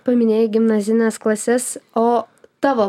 paminėjai gimnazines klases o tavo